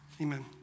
amen